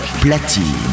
platine